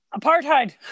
apartheid